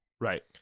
Right